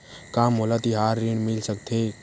का मोला तिहार ऋण मिल सकथे?